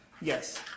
yes